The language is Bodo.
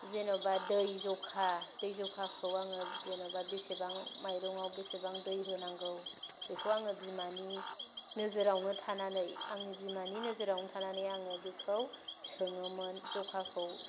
जेन'बा दै जखा दै जखाखौ आङो जेन'बा बेसेबां माइरंआव बेसेबां दै होनांगौ बेखौ आङो बिमानि नोजोरावनो थानानै आंनि बिमानि नोजोरावनो थानानै आङो बेखौ सोङोमोन जखाखौ